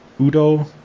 Udo